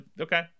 okay